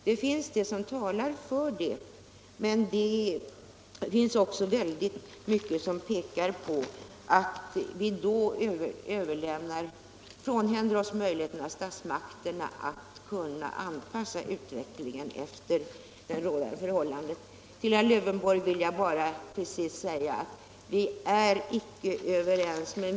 Det finns mycket som talar för det, men det finns också väldigt mycket som pekar på att vi då frånhänder statsmakterna möjligheten att anpassa utvecklingen efter rådande förhållanden. Till herr Lövenborg vill jag till sist säga att vi icke är överens.